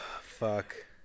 fuck